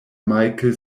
michael